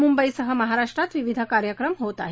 मुंबईसह महाराष्ट्रात विविध कार्यक्रम होत आहेत